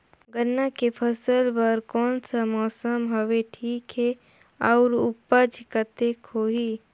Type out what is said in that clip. गन्ना के फसल बर कोन सा मौसम हवे ठीक हे अउर ऊपज कतेक होही?